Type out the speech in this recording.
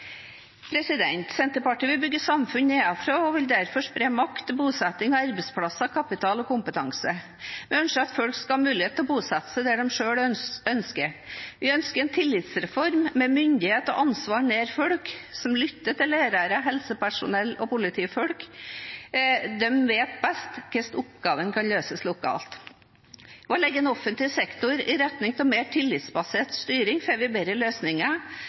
vil derfor spre makt, bosetting, arbeidsplasser, kapital og kompetanse. Vi ønsker at folk skal ha mulighet til bosette seg der de selv ønsker. Vi ønsker en tillitsreform med myndighet og ansvar nær folk og hvor man lytter til lærere, helsepersonell og politifolk. De vet best hvordan oppgavene kan løses lokalt. Ved å legge om offentlig sektor i retning av mer tillitsbasert styring får vi bedre løsninger,